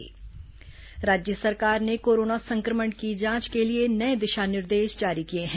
corona जांच निर्देश राज्य सरकार ने कोरोना संक्रमण की जांच के लिए नये दिशा निर्देश जारी किए हैं